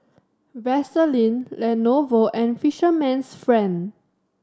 Vaseline Lenovo and Fisherman's Friend